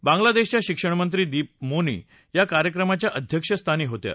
बांगलादेशच्या शिक्षणमंत्री दीपू मोनी या कार्यक्रमाच्या अध्यक्षस्थानी होत्या